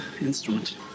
instrument